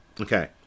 Okay